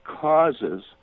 causes